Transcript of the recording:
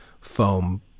foam